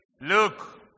Look